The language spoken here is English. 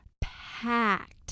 packed